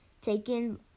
taken